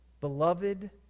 Beloved